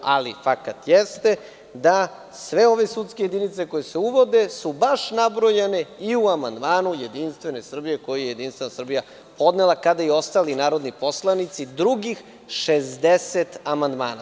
Ali, fakat jeste da su sve ove sudske jedinice koje se uvode baš nabrojane i u amandmanu Jedinstvene Srbije koji je Jedinstvena Srbija podnela kada i ostali narodni poslanici drugih 60 amandmana.